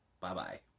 bye-bye